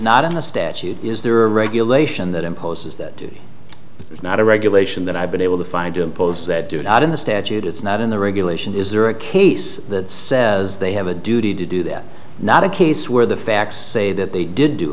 not in the statute is there a regulation that imposes that duty but it's not a regulation that i've been able to find to impose that do not in the statute it's not in the regulation is there a case that says they have a duty to do that not a case where the facts say that they didn't do